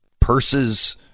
purses